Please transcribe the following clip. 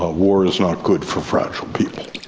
ah war is not good for fragile people.